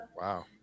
wow